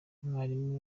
mwarimu